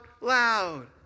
loud